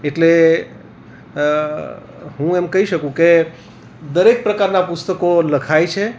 એટલે હું એમ કહી શકું કે દરેક પ્રકારનાં પુસ્તકો લખાય છે